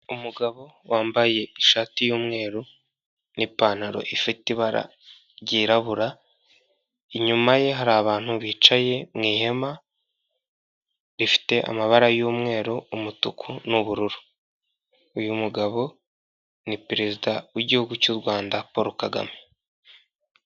Umugabo wambaye ishati y'umweru n'ipantaro ifite ibara ryirabura, inyuma ye hari abantu bicaye mu ihema rifite amabara y'umweru umutuku n'ubururu. Uyu mugabo ni perezida w'igihugu cy'u Rwanda Paul Kagame.